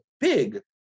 big